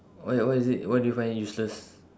why ah why is it why do you find it useless